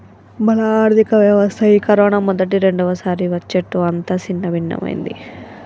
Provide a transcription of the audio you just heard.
మన ఆర్థిక వ్యవస్థ ఈ కరోనా మొదటి రెండవసారి వచ్చేట్లు అంతా సిన్నభిన్నమైంది